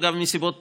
אגב, מסיבות טובות: